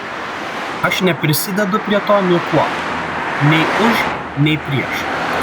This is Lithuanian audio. aš neprisidedu prie to niekuo nei už nei prieš